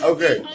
Okay